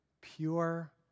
pure